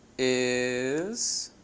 is